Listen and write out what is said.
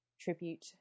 tribute